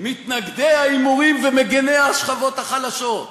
מתנגדי ההימורים ומגיני השכבות החלשות: